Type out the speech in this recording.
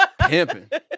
Pimping